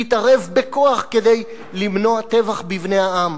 יתערב בכוח כדי למנוע טבח בבני העם.